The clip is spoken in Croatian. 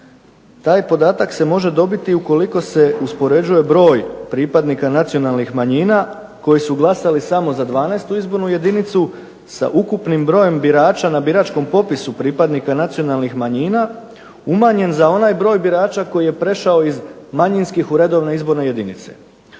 taj podatak se može dobiti ukoliko se uspoređuje broj pripadnika nacionalnih manjina koji su glasali samo za 12. izbornu jedinicu sa ukupnim brojem birača na biračkom popisu pripadnika nacionalnih manjina umanjen za onaj broj birača koji je prešao iz manjinskih u redovne izborne jedinice.